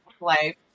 life